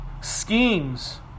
schemes